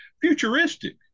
futuristic